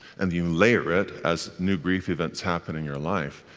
and you layer it, as new grief events happen in your life,